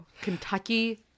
Kentucky